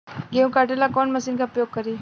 गेहूं काटे ला कवन मशीन का प्रयोग करी?